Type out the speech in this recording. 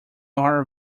are